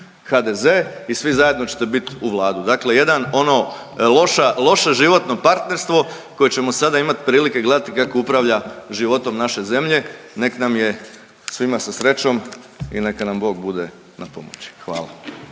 HDZ i svi zajedno ćete bit u vladu, dakle jedan ono loša, loše životno partnerstvo koje ćemo sada imati prilike gledati kako upravlja životom naše zemlje. Nek nam je svima sa srećom i neka nam Bog bude na pomoći. Hvala.